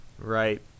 Right